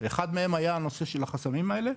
אחד מהם היה הנושא של החסמים האלה,